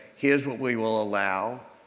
here's what we will allow.